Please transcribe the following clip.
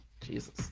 Jesus